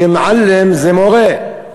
כי "מעלם" זה מורה,